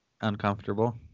uncomfortable